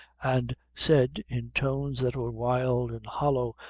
and said, in tones that were wild and hollow,